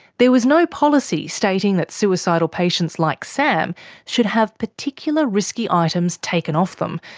there was no policy stating that suicidal patients like sam should have particular risky items taken off them,